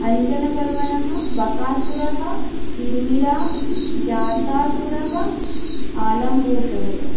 अञ्जनपर्वणः बकासुरः किर्मिरा जातासुरः आलम्बूषः च